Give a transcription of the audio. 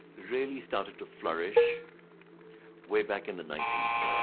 really started to flourish way back in the ninety s.